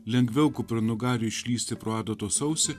lengviau kupranugariui išlįsti pro adatos ausį